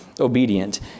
obedient